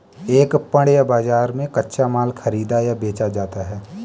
एक पण्य बाजार में कच्चा माल खरीदा या बेचा जाता है